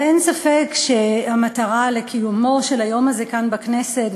אין ספק שמטרת קיומו של היום הזה כאן בכנסת,